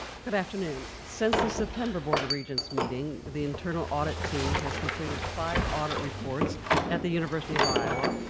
good afternoon. since the september board of regents meeting the internal audit team has completed five audit reports at the university of iowa,